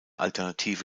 alternative